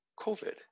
COVID